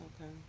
Okay